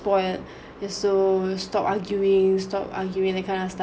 spoilt you're so stopped arguing stopped arguing that kind of stuff